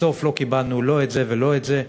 בסוף לא קיבלנו לא את זה ולא את זה.